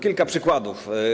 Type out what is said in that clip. Kilka przykładów.